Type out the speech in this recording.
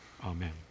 Amen